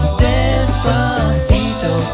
despacito